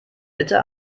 bitte